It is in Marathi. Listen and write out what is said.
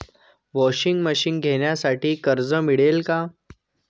वॉशिंग मशीन घेण्यासाठी कर्ज मिळेल का?